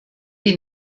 die